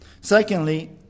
Secondly